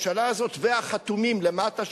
הממשלה הזאת והחתומים למטה,